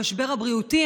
המשבר הבריאותי,